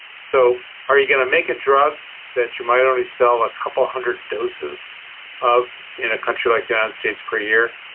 so are you going to make a drug that you might only sell a couple of hundred doses of in a country like the united and states per year?